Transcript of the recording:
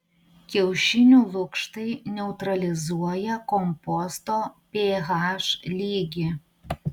kiaušinių lukštai neutralizuoja komposto ph lygį